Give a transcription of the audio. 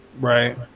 right